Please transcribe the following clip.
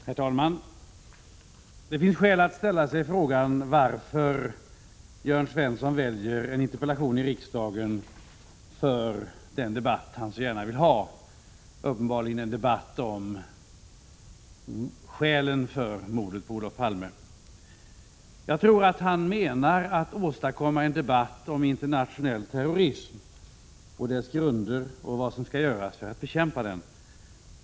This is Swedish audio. Herr talman! Det finns skäl att ställa sig frågan varför Jörn Svensson väljer en interpellation i riksdagen för den debatt som han så gärna vill ha, uppenbarligen en debatt om skälen för mordet på Olof Palme. Jag tror att han avser att åstadkomma en debatt om internationell terrorism, dess grunder och vad som skall göras för att bekämpa den.